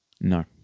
No